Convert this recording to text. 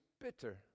bitter